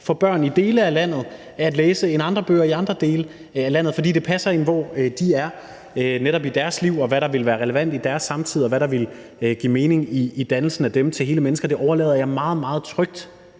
for børn i dele af landet at læse end andre bøger i andre dele af landet, fordi det passer ind, hvor de er i netop deres liv. Hvad der vil være relevant i deres samtid, og hvad der vil give mening i dannelsen af dem til hele mennesker, overlader jeg meget, meget trygt